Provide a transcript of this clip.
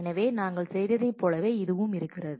எனவே நாங்கள் செய்ததைப் போலவே இதுவும் இருக்கிறது